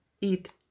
eat